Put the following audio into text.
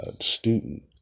student